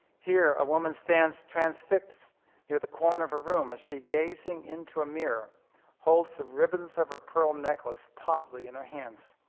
here, a woman stands transfixed near the corner of a room as she gazing into a mirror holds the ribbons of her pearl necklace tautly in her hands.